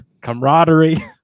camaraderie